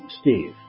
Steve